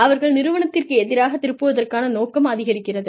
அவர்கள் நிறுவனத்திற்கு எதிராகத் திரும்புவதற்கான நோக்கம் அதிகரித்தது